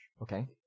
Okay